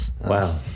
Wow